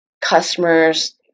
customers